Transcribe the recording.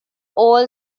all